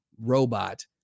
robot